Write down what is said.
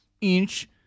Inch